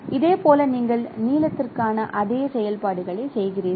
இதேபோல் நீங்கள் நீலத்திற்கான அதே செயல்பாடுகளைச் செய்கிறீர்கள்